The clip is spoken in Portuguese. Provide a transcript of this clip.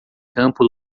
campo